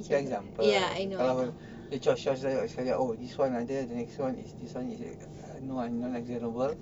ya example kalau oh this [one] ada the next one is this [one] is uh no not examinable